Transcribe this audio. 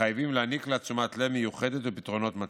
מחייבים להעניק לה תשומת לב מיוחדת ופתרונות מתאימים.